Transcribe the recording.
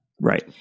right